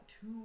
two